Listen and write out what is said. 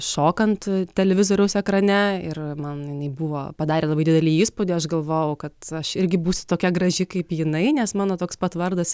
šokant televizoriaus ekrane ir man jinai buvo padarė labai didelį įspūdį aš galvojau kad aš irgi būsiu tokia graži kaip jinai nes mano toks pat vardas